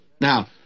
Now